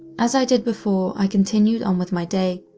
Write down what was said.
as i did before, i continued on with my day,